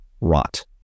rot